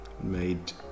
made